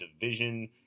division